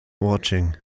Watching